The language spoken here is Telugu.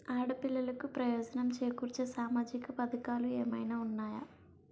ఆడపిల్లలకు ప్రయోజనం చేకూర్చే సామాజిక పథకాలు ఏమైనా ఉన్నాయా?